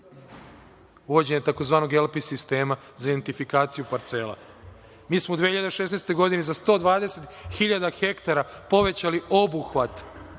uvođenje tzv. LP sistema za identifikaciju parcela. Mi smo u 2016. godini za 120.000 hektara povećali obuhvat